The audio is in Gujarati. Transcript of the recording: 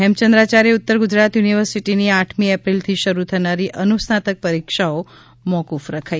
હેમચંદ્રાચાર્ય ઉત્તર ગુજરાત યુનીવસીટીની આઠમી એપ્રિલથી શરૂ થનારી અનુસ્નાતક પરીક્ષાઓ મોકુફ રખાઇ